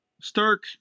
Stark